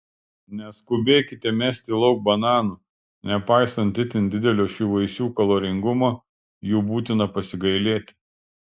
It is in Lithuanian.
neskubėkite mesti lauk bananų nepaisant itin didelio šių vaisių kaloringumo jų būtina pasigailėti